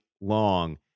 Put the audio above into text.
long